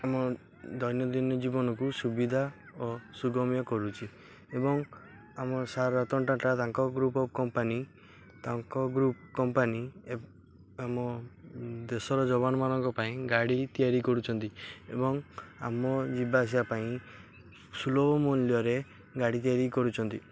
ଆମ ଦୈନନ୍ଦିନ ଜୀବନକୁ ସୁବିଧା ଓ ସୁଗମୀୟ କରୁଛି ଏବଂ ଆମ ସାର୍ ରତନ ଟାଟା ତାଙ୍କ ଗ୍ରୁପ୍ ଅଫ୍ କମ୍ପାନୀ ତାଙ୍କ ଗ୍ରୁପ୍ କମ୍ପାନୀ ଆମ ଦେଶର ଯବାନଙ୍କ ପାଇଁ ଗାଡ଼ି ତିଆରି କରୁଛନ୍ତି ଏବଂ ଆମ ଯିବା ଆସିବା ପାଇଁ ସୁଲଭ ମୂଲ୍ୟରେ ଗାଡ଼ି ତିଆରି କରୁଛନ୍ତି